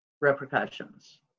repercussions